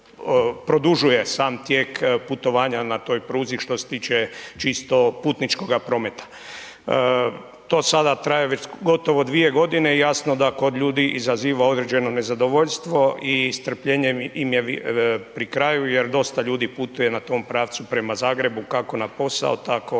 sam tijek putovanja na toj pruzi što se tiče čisto putničkoga prometa. To sada traje već gotovo 2 godine i jasno da kod ljudi izaziva određeno nezadovoljstvo i strpljenje im je pri kraju jer dosta ljudi putuje na tom pravcu prema Zagrebu kako na posao, tako